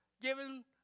given